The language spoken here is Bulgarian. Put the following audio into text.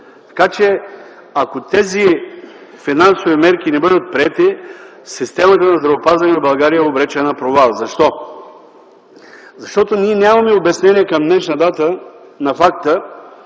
млн. лв. Ако тези финансови мерки не бъдат приети, системата на здравеопазване в България е обречена на провал. Защо? Защото ние нямаме обяснение към днешна дата на факта